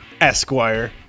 Esquire